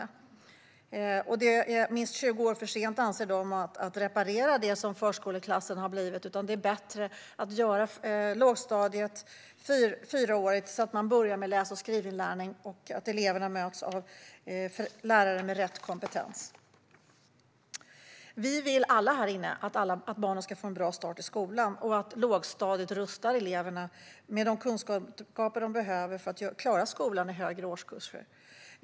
De anser att det är minst 20 år för sent att reparera det som förskoleklassen har blivit, utan det vore bättre att göra lågstadiet fyraårigt så att man börjar med läs och skrivinlärning och att eleverna möts av lärare med rätt kompetens. Vi vill alla här inne att barnen ska få en bra start i skolan och att lågstadiet rustar eleverna med de kunskaper de behöver för att klara skolan i högre årskurser.